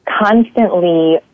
constantly